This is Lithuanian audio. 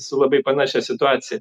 su labai panašia situacija